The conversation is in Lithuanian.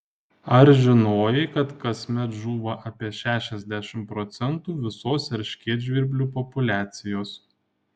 ar žinojai kad kasmet žūva apie šešiasdešimt procentų visos erškėtžvirblių populiacijos